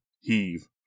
heave